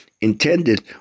intended